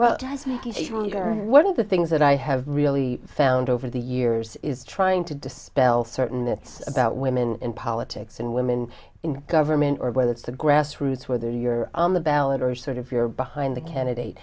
stronger one of the things that i have really found over the years is trying to dispel certain it's about women in politics and women in government or whether it's the grassroots whether you're on the ballot or sort of your behind the